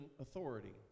authority